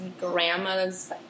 grandma's